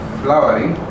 flowering